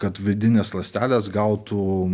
kad vidinės ląstelės gautų